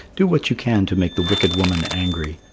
do what you can to make the wicked woman angry,